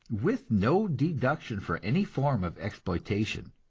with no deduction for any form of exploitation.